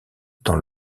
dans